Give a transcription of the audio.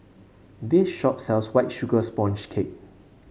this shop sells White Sugar Sponge Cake